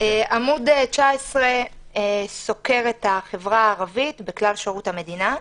עמוד 19 סוקר את החברה הערבית בכלל שירות המדינה.